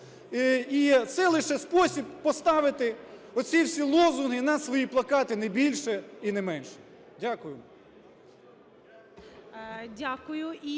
І це лише спосіб поставити оці всі лозунги на свої плакати, не більше і не менше. Дякую.